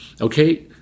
Okay